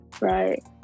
right